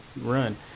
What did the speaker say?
run